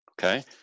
okay